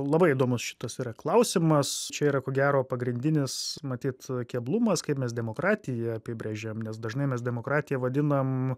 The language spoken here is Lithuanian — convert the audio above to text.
labai įdomus šitas yra klausimas čia yra ko gero pagrindinis matyt keblumas kaip mes demokratiją apibrėžiam nes dažnai mes demokratiją vadinam